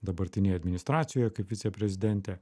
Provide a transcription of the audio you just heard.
dabartinėj administracijoje kaip viceprezidentė